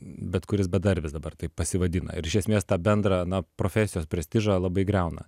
bet kuris bedarbis dabar taip pasivadina ir iš esmės tą bendrą na profesijos prestižą labai griauna